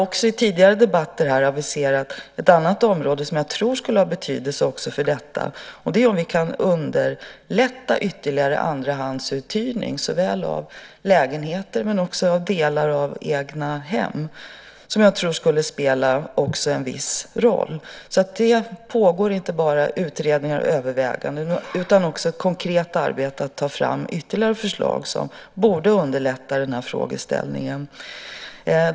I tidigare debatter har vi aviserat ett annat område som jag tror skulle ha betydelse även för detta, nämligen att se om vi ytterligare kan underlätta andrahandsuthyrning av såväl lägenheter som delar av egnahem. Jag tror att också detta skulle spela en viss roll. Det pågår alltså inte bara utredningar och överväganden utan också ett konkret arbete med att ta fram ytterligare förslag som borde underlätta frågeställningen.